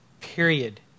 period